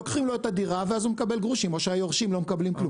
לוקחים לו את הדירה ואז הוא מקבל גרושים או שהיורשים לא מקבלים כלום.